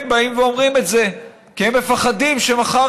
הם באים ואומרים את זה כי הם מפחדים שמחר